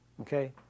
okay